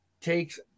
takes –